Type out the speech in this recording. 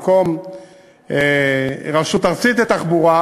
במקום רשות ארצית לתחבורה,